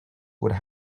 would